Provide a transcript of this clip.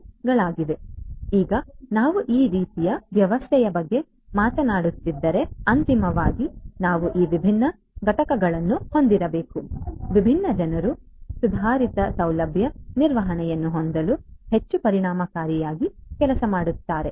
ಆದ್ದರಿಂದ ಈಗ ನಾವು ಈ ರೀತಿಯ ವ್ಯವಸ್ಥೆಯ ಬಗ್ಗೆ ಮಾತನಾಡುತ್ತಿದ್ದರೆ ಅಂತಿಮವಾಗಿ ನಾವು ಈ ವಿಭಿನ್ನ ಘಟಕಗಳನ್ನು ಹೊಂದಿರಬೇಕು ಈ ವಿಭಿನ್ನ ಜನರು ಸುಧಾರಿತ ಸೌಲಭ್ಯ ನಿರ್ವಹಣೆಯನ್ನು ಹೊಂದಲು ಹೆಚ್ಚು ಪರಿಣಾಮಕಾರಿಯಾಗಿ ಕೆಲಸ ಮಾಡುತ್ತಾರೆ